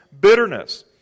bitterness